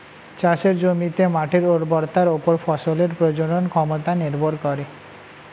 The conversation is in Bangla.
চাষের জমিতে মাটির উর্বরতার উপর ফসলের প্রজনন ক্ষমতা নির্ভর করে